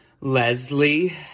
Leslie